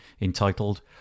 entitled